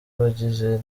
abagize